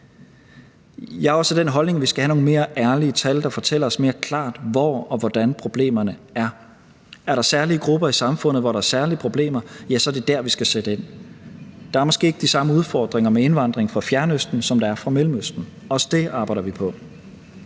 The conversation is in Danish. Jeg er også af den holdning, at vi skal have nogle mere ærlige tal, der fortæller os mere klart, hvor og hvordan problemerne er. Er der særlige grupper i samfundet, hvor der er særlige problemer, ja, så er det dér, vi skal sætte ind. Der er måske ikke de samme udfordringer med indvandring fra Fjernøsten, som der er fra Mellemøsten; også det arbejder vi på.